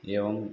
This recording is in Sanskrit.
एवम्